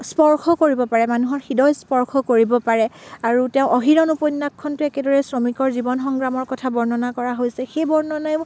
স্পৰ্শ কৰিব পাৰে মানুহৰ হৃদয় স্পৰ্শ কৰিব পাৰে আৰু তেওঁৰ অহিৰণ উপন্যাসখনতো একেদৰে শ্ৰমিকৰ জীৱন সংগ্ৰামৰ কথা বৰ্ণনা কৰা হৈছে সেই বৰ্ণনায়ো